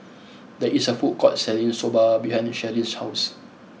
there is a food court selling Soba behind Sharyn's house